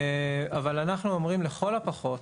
אנחנו אומרים: לכל הפחות,